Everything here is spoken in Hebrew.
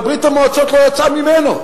אבל ברית-המועצות לא יצאה ממנו.